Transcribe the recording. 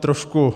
Trošku